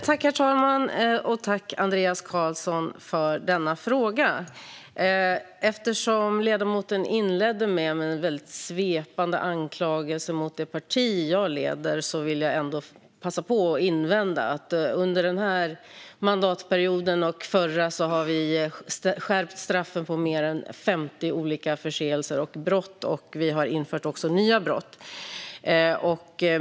Herr talman! Tack, Andreas Carlson, för frågan! Eftersom ledamoten inledde med en svepande anklagelse mot det parti som jag leder vill jag passa på att invända att vi under den här mandatperioden och den förra har skärpt straffen för mer än 50 olika förseelser och brott. Vi har också infört nya brott.